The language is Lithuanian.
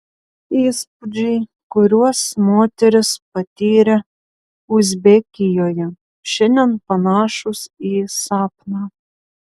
įspūdžiai kuriuos moteris patyrė uzbekijoje šiandien panašūs į sapną